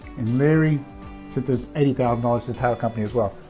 and larry sent the eighty thousand dollars to the title company as well